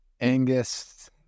Angus